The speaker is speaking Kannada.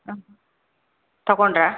ಹಾಂ ತೊಗೊಂಡ್ರ